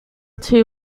two